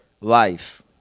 life